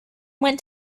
went